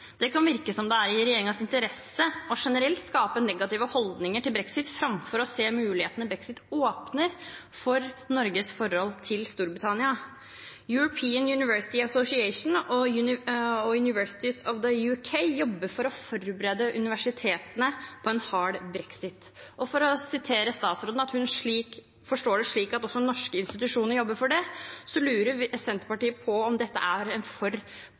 Det kan virke som om det er i regjeringens interesse generelt å skape negative holdninger til brexit framfor å se mulighetene brexit åpner for Norges forhold til Storbritannia. European University Association og Universities UK jobber for å forberede universitetene på en hard brexit. Når statsråden sier at hun forstår det slik at også norske institusjoner jobber med det, lurer Senterpartiet på om dette er en for